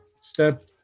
step